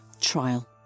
trial